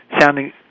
sounding